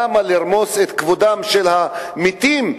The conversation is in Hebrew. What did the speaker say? למה לרמוס את כבודם של המתים,